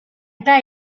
eta